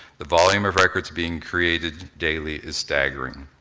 the volume of records being created daily is staggering.